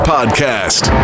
Podcast